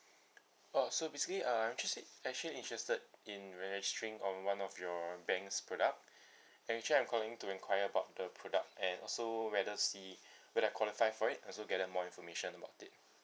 oh so basically I'm interested in actually interested in registering on one of your bank's product and actually I'm calling to inquire about the product and also whether see whether I qualify for it and also gather more information about it